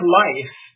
life